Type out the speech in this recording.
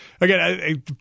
Again